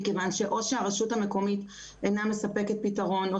מכיוון שאו שהרשות המקומית אינה מספקת פתרון או